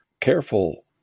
careful